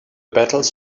battles